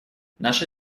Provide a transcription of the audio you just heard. наша